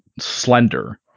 slender